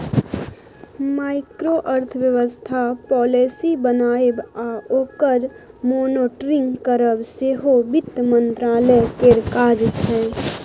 micro अर्थबेबस्था policy बनाएब आ ओकर मॉनिटरिंग करब सेहो बित्त मंत्रालय केर काज छै